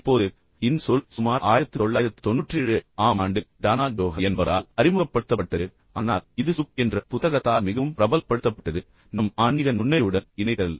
இப்போது இந்த சொல் சுமார் 1997 ஆம் ஆண்டில் டானா ஜோஹர் என்பவரால் அறிமுகப்படுத்தப்பட்டது ஆனால் இது SQ என்ற புத்தகத்தால் மிகவும் பிரபலப்படுத்தப்பட்டது நம் ஆன்மீக நுண்ணறிவுடன் இணைத்தல்